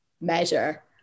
measure